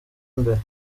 mbere